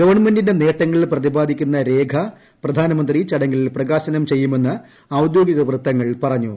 ഗവൺമെന്റിന്റെ നേട്ടങ്ങൾ പ്രതിപാദിക്കുന്ന രേഖ പ്രധാനമന്ത്രി ചടങ്ങിൽ പ്രകാശനം ചെയ്യുമെന്ന് ഔദ്യോഗിക വൃത്തങ്ങൾ പറഞ്ഞു